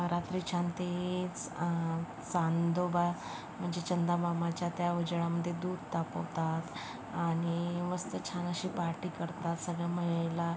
रात्री छान तेच चांदोबा म्हणजे चंदामामाच्या त्या उजेडामध्ये दूध तापवतात आणि मस्त छान अशी पार्टी करतात सगळ्या महिला